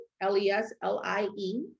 L-E-S-L-I-E